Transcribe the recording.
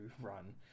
run